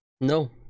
No